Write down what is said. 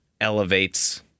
elevates